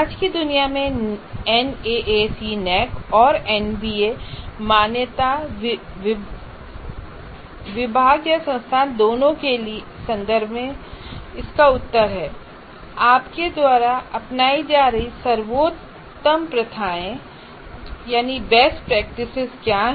आज की दुनिया में NAAC और NBA मान्यता विभाग या संस्थान दोनों के संदर्भ में इसका उत्तर है आपके द्वारा अपनाई जा रही सर्वोत्तम प्रथाएँ बेस्ट प्रैक्टिसेजक्या हैं